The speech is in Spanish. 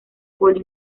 poli